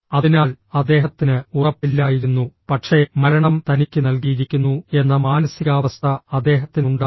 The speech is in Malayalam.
അതിനാൽ അദ്ദേഹത്തിന് ഉറപ്പില്ലായിരുന്നു പക്ഷേ മരണം തനിക്ക് നൽകിയിരിക്കുന്നു എന്ന മാനസികാവസ്ഥ അദ്ദേഹത്തിനുണ്ടായിരുന്നു